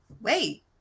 wait